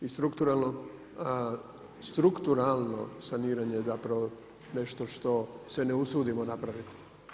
I strukturalno saniranje zapravo je nešto što se ne usudimo napraviti.